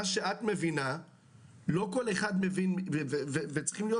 מה שאת מבינה לא כל אחד מבין וצריכים להיות